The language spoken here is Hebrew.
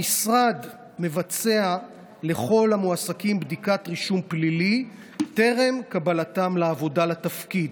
המשרד מבצע לכל המועסקים בדיקת רישום פלילי טרם קבלתם לעבודה לתפקיד.